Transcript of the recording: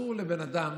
אסור לבן אדם